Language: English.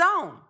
own